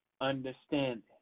understanding